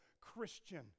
Christian